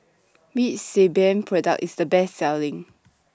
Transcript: Which Sebamed Product IS The Best Selling